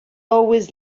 always